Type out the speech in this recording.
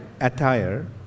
attire